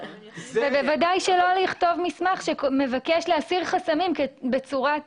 ובוודאי שלא לכתוב מסמך שמבקש להסיר חסמים בצורת